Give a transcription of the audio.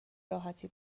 راحتی